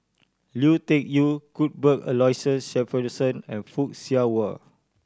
Lui Tuck Yew Cuthbert Aloysius Shepherdson and Fock Siew Wah